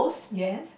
yes